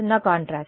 0 contrast